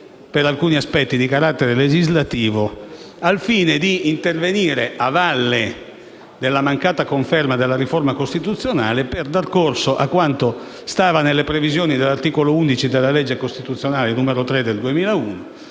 per alcuni aspetti, di carattere legislativo, al fine di intervenire a valle della mancata conferma della riforma costituzionale per dar corso a quanto contenuto nelle previsioni di cui all'articolo 11 della legge costituzionale 18 ottobre 2001,